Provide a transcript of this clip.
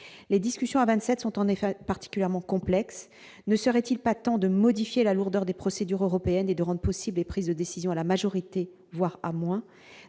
les discussions à 27 sont en effet particulièrement complexe, ne serait-il pas temps de modifier la lourdeur des procédures européennes et de rendent possibles des prises de décisions à la majorité, voire à moi